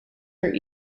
are